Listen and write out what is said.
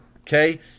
okay